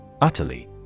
Utterly